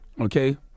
okay